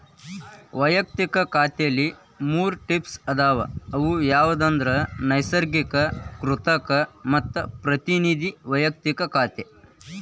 ವಯಕ್ತಿಕ ಖಾತೆಲಿ ಮೂರ್ ಟೈಪ್ಸ್ ಅದಾವ ಅವು ಯಾವಂದ್ರ ನೈಸರ್ಗಿಕ, ಕೃತಕ ಮತ್ತ ಪ್ರತಿನಿಧಿ ವೈಯಕ್ತಿಕ ಖಾತೆ